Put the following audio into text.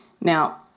Now